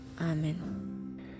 amen